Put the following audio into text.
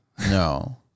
No